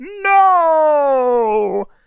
no